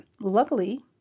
luckily